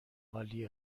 عالی